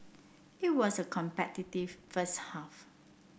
it was a competitive first half